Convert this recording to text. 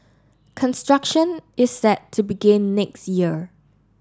construction is set to begin next year